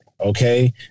Okay